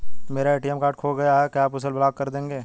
मेरा ATM card खो गया है क्या आप उसे ब्लॉक कर देंगे?